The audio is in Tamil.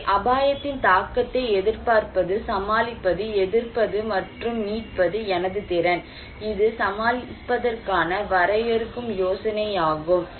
ஆகவே அபாயத்தின் தாக்கத்தை எதிர்பார்ப்பது சமாளிப்பது எதிர்ப்பது மற்றும் மீட்பது எனது திறன் இது சமாளிப்பதற்கான வரையறுக்கும் யோசனையாகும்